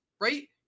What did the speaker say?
right